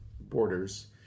borders